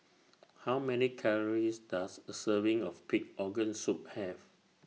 How Many Calories Does A Serving of Pig Organ Soup Have